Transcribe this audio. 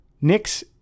Nick's